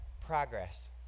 progress